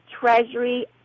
Treasury